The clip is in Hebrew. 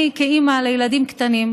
כאימא לילדים קטנים,